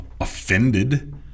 offended